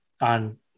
on